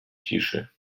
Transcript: ciszy